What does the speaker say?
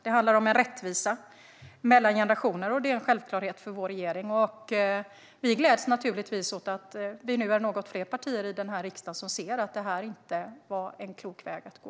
Det handlar om en rättvisa mellan generationer, och det är en självklarhet för vår regering. Vi gläds naturligtvis åt att vi nu är något fler partier i denna riksdag som ser att detta inte var en klok väg att gå.